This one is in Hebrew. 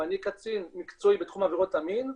ואני קצין מקצועי בתחום עבירות המין,